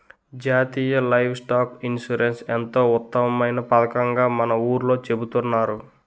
జాతీయ livestock insurance ఎంతో ఉత్తమమైన పదకంగా మన ఊర్లో చెబుతున్నారు